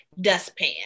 dustpan